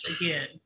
again